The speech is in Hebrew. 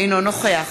אינו נוכח